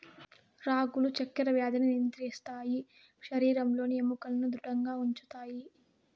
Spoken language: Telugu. రాగులు చక్కర వ్యాధిని నియంత్రిస్తాయి శరీరంలోని ఎముకలను ధృడంగా ఉంచుతాయి